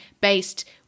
based